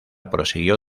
prosiguió